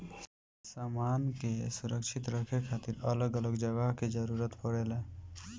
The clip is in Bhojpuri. सामान के सुरक्षित रखे खातिर अलग अलग जगह के जरूरत पड़ेला